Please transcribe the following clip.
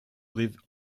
live